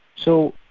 so